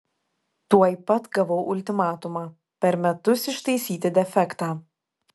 tuoj pat gavau ultimatumą per metus ištaisyti defektą